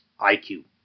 IQ